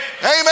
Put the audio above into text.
Amen